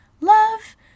love